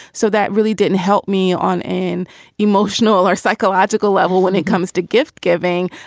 so that really didn't help me on an emotional or psychological level when it comes to gift giving.